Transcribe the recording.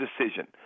decision